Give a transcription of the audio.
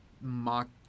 mock